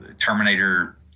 Terminator